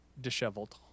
disheveled